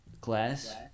class